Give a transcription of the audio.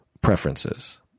preferences